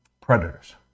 predators